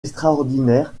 extraordinaire